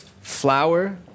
flour